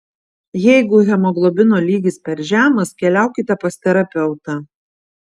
jeigu hemoglobino lygis per žemas keliaukite pas terapeutą